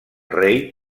rei